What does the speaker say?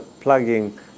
plugging